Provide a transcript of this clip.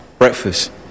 Breakfast